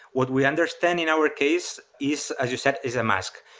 what we understand in our case is, as you said, is a mask.